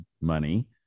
money